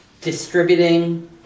distributing